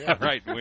right